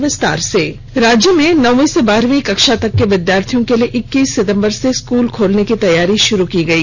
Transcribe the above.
school राज्य में नौंवी से बारहंवी कक्षा तक के विधार्थियों के लिए इक्कीस सितंबर से स्कूल खोलने की तैयारी शुरू की गई